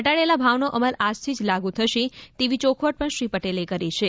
ઘટાડેલા ભાવનો અમલ આજથી જ લાગુ થશે તેવી ચોખવટ પણ શ્રી પટેલે કરી છે